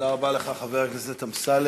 תודה רבה לך, חבר הכנסת אמסלם.